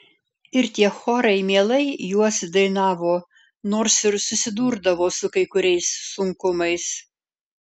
ir tie chorai mielai juos dainavo nors ir susidurdavo su kai kuriais sunkumais